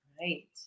Right